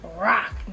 Rock